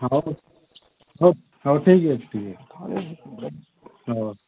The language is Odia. ହଉ ହଉ ହଉ ଠିକ୍ ଅଛି ଠିକ୍ ଅଛି ହଉ